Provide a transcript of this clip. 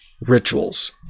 rituals